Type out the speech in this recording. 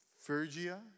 Phrygia